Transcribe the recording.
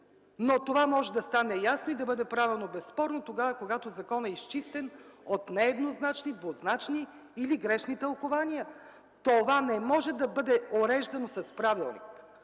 Но това може да стане ясно и да бъде правилно безспорно тогава, когато законът е изчистен от нееднозначни, двузначни или грешни тълкувания. Това не може да бъде уреждано с правилник.